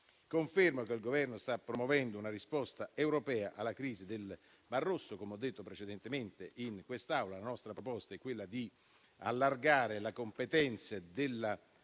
Confermo che il Governo sta promuovendo una risposta europea alla crisi del mar Rosso. Come ho detto precedentemente in quest'Aula, la nostra proposta è quella di allargare le competenze della